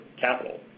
capital